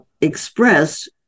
express